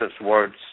words